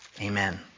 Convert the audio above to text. Amen